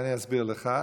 אני אסביר לך.